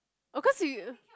of course he